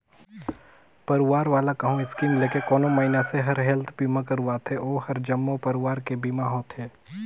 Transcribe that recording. परवार वाला कहो स्कीम लेके कोनो मइनसे हर हेल्थ बीमा करवाथें ओ हर जम्मो परवार के बीमा होथे